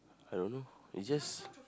I don't know is just